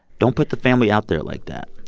don't put the family out there like that?